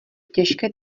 těžké